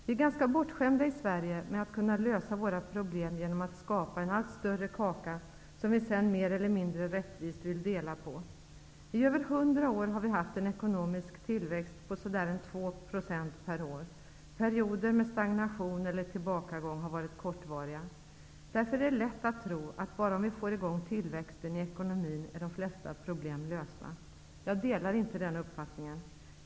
Vi är ganska bortskämda i Sverige med att kunna lösa våra problem genom att skapa en allt större kaka som vi sedan mer eller mindre rättvist vill dela på. I över 100 år har vi haft en ekonomisk tillväxt på ca 2 % per år. Perioder med stagnation eller tillbakagång har varit kortvariga. Därför är det lätt att tro att om vi bara får i gång tillväxten i ekonomin så blir de flesta problem lösta. Jag delar inte den uppfattningen.